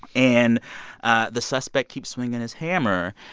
and ah the suspect keeps swinging his hammer.